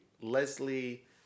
Leslie